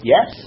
Yes